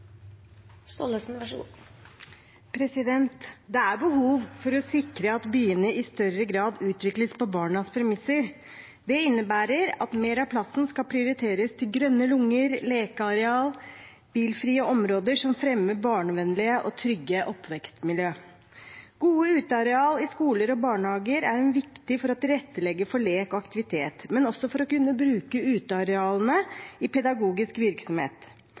behov for å sikre at byene i større grad utvikles på barnas premisser. Det innebærer at mer av plassen skal prioriteres til grønne lunger, lekearealer og bilfrie områder som fremmer barnevennlige og trygge oppvekstmiljøer. Gode utearealer i skoler og barnehager er viktig for å tilrettelegge for lek og aktivitet, men også for å kunne bruke utearealene i pedagogisk virksomhet.